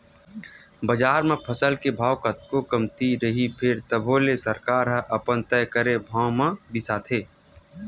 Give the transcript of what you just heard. बजार म फसल के भाव कतको कमती रइही फेर तभो ले सरकार ह अपन तय करे भाव म बिसाथे